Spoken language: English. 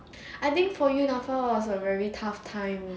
I think poly N_A_F_A was a very tough time